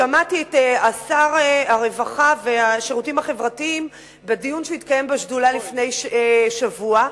שמעתי את שר הרווחה והשירותים החברתיים בדיון שהתקיים בשדולה לפני שבוע,